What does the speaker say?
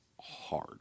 hard